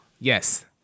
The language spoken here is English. yes